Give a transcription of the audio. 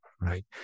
right